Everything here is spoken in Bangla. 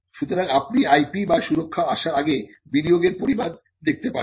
সুতরাং আপনি IP বা সুরক্ষা আসার আগে বিনিয়োগের পরিমাণ দেখতে পারছেন